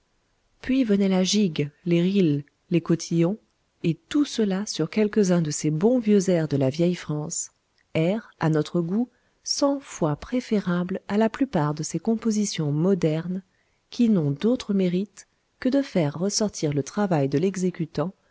puis venaient la gigue les rills les cotillons et tout cela sur quelques-uns de ces bons vieux airs de la vieille france airs à notre goût cent fois préférables à la plupart de ces compositions modernes qui n'ont d'autre mérite que de faire ressortir le travail de l'exécutant